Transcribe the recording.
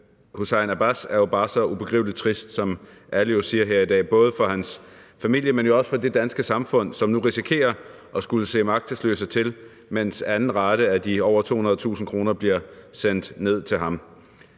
Hussein Abbas er jo bare så ubegribelig trist, som alle siger det her i dag, både for hans familie, men jo også for det danske samfund, som nu risikerer at skulle se magtesløse til, mens anden rate af de over 200.000 kr. bliver sendt ned til ham.